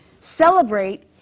celebrate